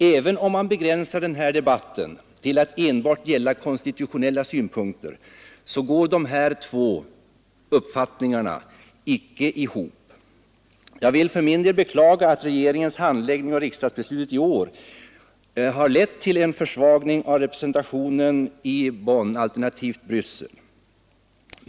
Även om man begränsar denna debatt till att enbart gälla konstitutionella synpunkter, går dessa två uppfattningar icke ihop. Jag vill för min del beklaga att regeringens handläggning av riksdagsbeslutet i år har lett till en försvagning av representationen i Bonn, alternativt i Bryssel.